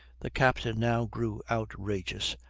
the captain now grew outrageous,